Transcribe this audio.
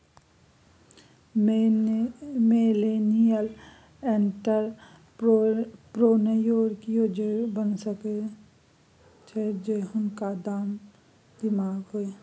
millennial entrepreneur कियो बनि सकैत छथि जौं हुनका लग दिमाग होए